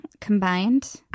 combined